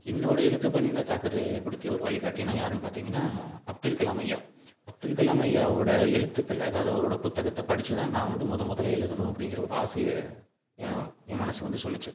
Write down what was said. என்னோட எழுத்துப்பணியின தாக்கத்தை ஏற்படுத்திய ஒரு வழிகாட்டினா யாருன்னு பார்த்திங்கனா அப்துல் கலாம் ஐயா அப்துல் கலாம் ஐயாவோட எழுத்துக்கள் அதாவது அவரோட புத்தகத்தை படிச்சுதான் நான் வந்து முதமுதல்ல எழுதணும் அப்படிங்கிற ஒரு ஆசையை ஏன் ஏன் மனசு வந்து சொல்லுச்சு